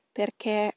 perché